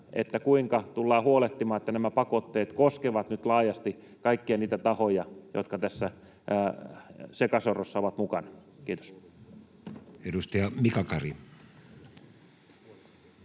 kuinka tullaan huolehtimaan siitä, että nämä pakotteet koskevat nyt laajasti kaikkia niitä tahoja, jotka tässä sekasorrossa ovat mukana. — Kiitos. [Speech 37]